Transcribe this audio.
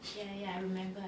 remember